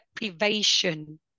deprivation